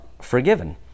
forgiven